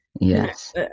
Yes